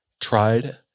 tried